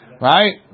Right